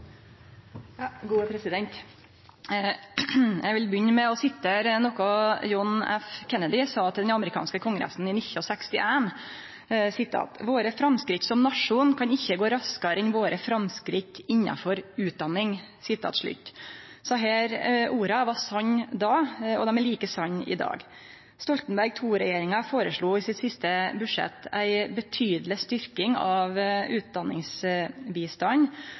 Eg vil begynne med nokre ord John F. Kennedy sa til den amerikanske kongressen i 1961. Han sa at våre framsteg som nasjon kan ikkje gå raskare enn våre framsteg innanfor utdanning. Desse orda var sanne då, og dei er like sanne i dag. Stoltenberg II-regjeringa føreslo i det siste budsjettet sitt ei betydeleg styrking av